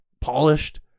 polished